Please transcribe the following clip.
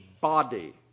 body